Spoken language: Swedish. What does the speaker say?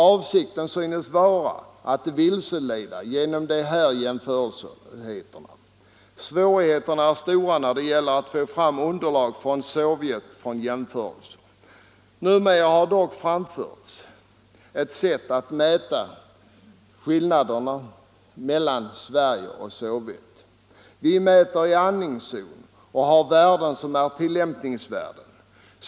Avsikten med dessa jämförelser synes vara att vilseleda. Svårigheterna är stora när det gäller att få fram underlag för riktiga jämförelser t.ex. med Sovjet. Numera har dock påvisats ett sätt att fastställa skillnaderna i vad gäller gränsvärdena mellan Sverige och Sovjet. Vi här i Sverige mäter i andningszonen och har värden som är tillämpningsvärden.